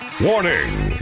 WARNING